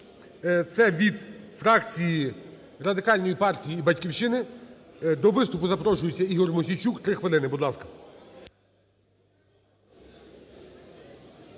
це від фракцій Радикальної партії і "Батьківщини". До виступу запрошується Ігор Мосійчук. 3 хвилини, будь ласка.